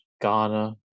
Ghana